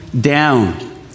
down